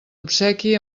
obsequi